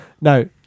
No